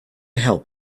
help